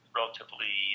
relatively